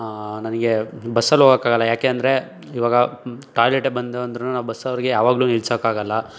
ನನಗೆ ಬಸ್ಸಲ್ಲಿ ಹೋಗಕ್ಕಾಗಲ್ಲ ಯಾಕೆ ಅಂದರೆ ಈವಾಗ ಟಾಯ್ಲೆಟೇ ಬಂದು ಅಂದ್ರು ನಾವು ಬಸ್ಸವರಿಗೆ ಯಾವಾಗಲೂ ನಿಲ್ಸಕ್ಕಾಗಲ್ಲ